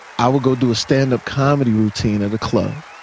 i would go do a standup comedy routine at a club.